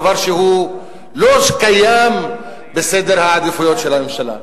דבר שלא קיים בסדר העדיפויות של הממשלה.